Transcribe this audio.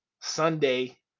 Sunday